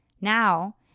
Now